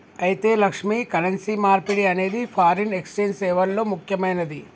అయితే లక్ష్మి, కరెన్సీ మార్పిడి అనేది ఫారిన్ ఎక్సెంజ్ సేవల్లో ముక్యమైనది